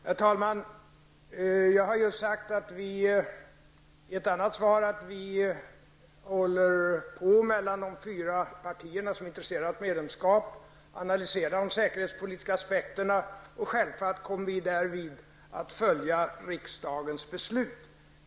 Herr talman! Jag sade just i ett annat svar att vi inom de fyra partier som är intresserade av medlemskap håller på att analysera de säkerhetspolitiska aspekterna. Därvid kommer vi självfallet att följa riksdagens beslut.